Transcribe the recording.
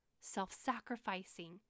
self-sacrificing